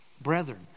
brethren